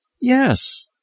Yes